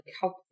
help